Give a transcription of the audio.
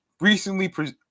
recently